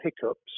hiccups